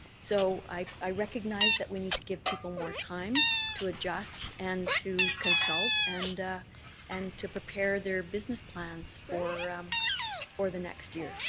so i recognize that we need to give people more time to adjust and to consult and and to prepare their business plans for um for the next year.